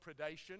predation